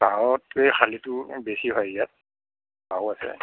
বাওতকে শালিটো বেছি হয় ইয়াত বাও আছে